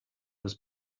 was